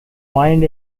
mined